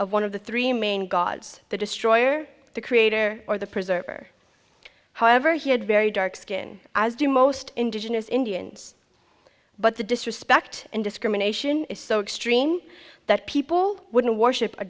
of one of the three main gods the destroyer the creator or the preserver however he had very dark skin as do most indigenous indians but the disrespect and discrimination is so extreme that people wouldn't worship a